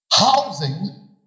Housing